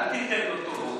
אל תיתן לו טובות.